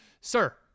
Sir